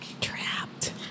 Trapped